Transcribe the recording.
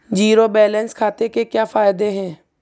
Zero balance खाते के क्या फायदे हैं?